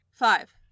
Five